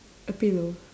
a pillow